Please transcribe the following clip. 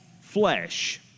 flesh